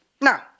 Now